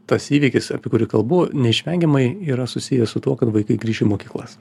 tas įvykis apie kurį kalbu neišvengiamai yra susijęs su tuo kad vaikai grįš į mokyklas